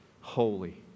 holy